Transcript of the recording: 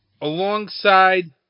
alongside